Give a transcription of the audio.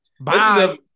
Bye